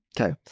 Okay